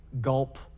gulp